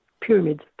pyramids